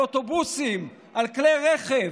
על אוטובוסים, על כלי רכב.